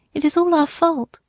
it is all our fault.